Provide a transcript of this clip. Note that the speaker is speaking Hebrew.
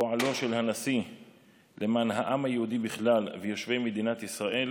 פועלו של הנשיא למען העם היהודי בכלל ויושבי מדינת ישראל